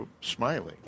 smiling